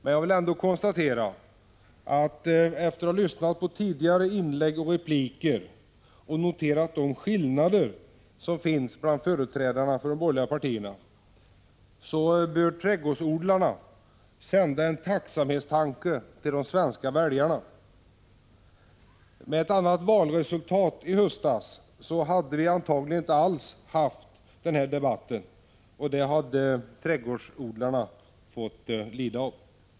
Men jag vill ändå konstatera — efter att ha lyssnat till tidigare inlägg och repliker och noterat de skillnader som finns bland företrädarna för de borgerliga partierna — att trädgårdsodlarna bör sända en tacksamhetens tanke till de svenska väljarna. Med ett annat valresultat i höstas hade vi antagligen inte alls haft denna debatt, och det hade trädgårdsodlarna fått lida av.